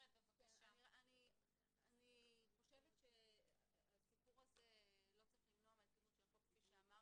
אני חושבת שהסיפור הזה לא צריך למנוע מהחוק להתקדם כפי שאמרת.